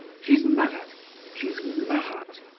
she's mad she's mad!